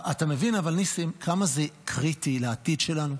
אבל אתה מבין, ניסים, כמה זה קריטי לעתיד שלנו?